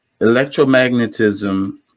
Electromagnetism